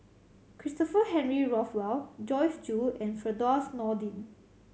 Christopher Henry Rothwell Joyce Jue and Firdaus Nordin